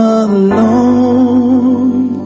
alone